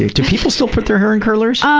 you. do people still put their hair in curlers? ah